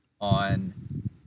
on